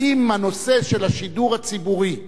האם הנושא של השידור הציבורי,